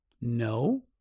No